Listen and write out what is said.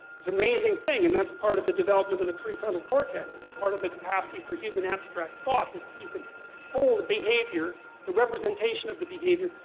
it's an amazing thing, and that's part of the development of the prefrontal cortex. it's part of the capacity for human abstract thought is that you can pull the behavior, the representation of the behavior,